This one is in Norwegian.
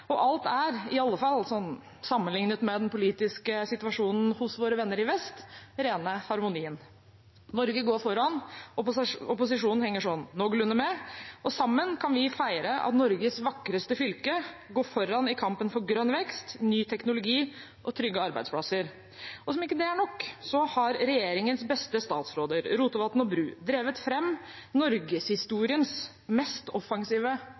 og alt er – iallfall sammenlignet med den politiske situasjonen hos våre venner i vest – rene harmonien. Norge går foran, opposisjonen henger sånn noenlunde med, og sammen kan vi feire at Norges vakreste fylke går foran i kampen for grønn vekst, ny teknologi og trygge arbeidsplasser. Som om ikke det er nok, har regjeringens beste statsråder, Rotevatn og Bru, drevet fram norgeshistoriens mest offensive